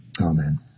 amen